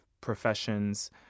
professions